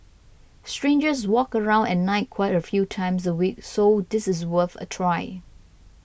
strangers walk around at night quite a few times a week so this is worth a try